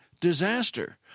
disaster